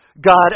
God